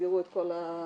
יסגרו את כל הנהלים.